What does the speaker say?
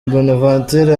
bonaventure